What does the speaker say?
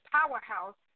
Powerhouse